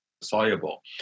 soluble